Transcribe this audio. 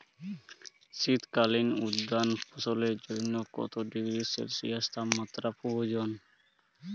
শীত কালীন উদ্যান ফসলের জন্য কত ডিগ্রী সেলসিয়াস তাপমাত্রা প্রয়োজন?